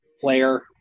player